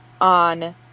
on